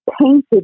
painted